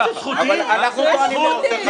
את מוכנה להקשיב לי רגע?